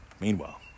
Meanwhile